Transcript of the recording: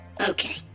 Okay